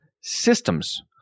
systems